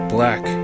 Black